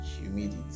humidity